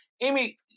Amy